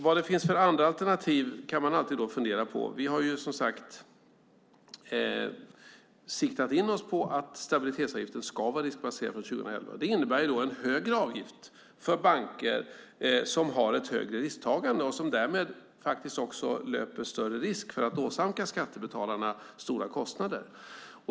Vad det finns för andra alternativ kan man alltid fundera på. Vi har, som sagt, siktat in oss på att stabilitetsavgiften ska vara riskbaserad från 2011. Det innebär en högre avgift för banker som har ett högre risktagande och som därmed löper större risk för att åsamka skattebetalarna stora kostnader.